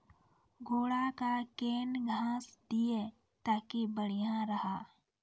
घोड़ा का केन घास दिए ताकि बढ़िया रहा?